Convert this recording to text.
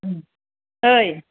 उम ओइ